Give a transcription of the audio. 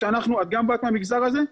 את גם באת מהמגזר הזה,